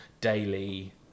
daily